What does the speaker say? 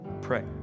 pray